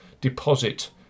deposit